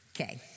Okay